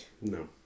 No